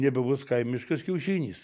nebebus kaimiškas kiaušinis